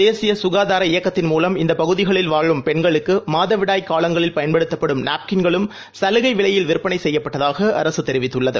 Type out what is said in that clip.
தேசியசுகாதார இயக்கத்தின் மூலம் இந்தப் பகுதிகளில் வாழும் பெண்களுக்குமாதவிடாய் காலங்களில் பயன்படுத்தப்படும் நாப்கின்களும் சலுகைவிலையில் விற்பனைசெய்யப்பட்டதாகஅரசுதெரிவித்துள்ளது